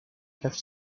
have